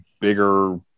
bigger